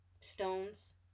stones